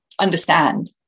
understand